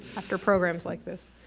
after programs like this,